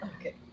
Okay